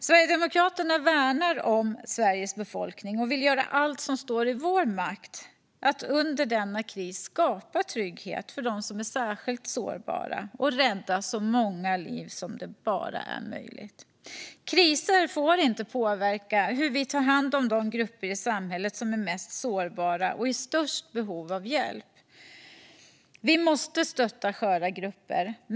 Sverigedemokraterna värnar om Sveriges befolkning och vill göra allt som står i vår makt för att under denna kris skapa trygghet för dem som är särskilt sårbara och för att rädda så många liv som det bara är möjligt. Kriser får inte påverka hur vi tar hand om de grupper i samhället som är mest sårbara och i störst behov av hjälp. Vi måste stötta sköra grupper.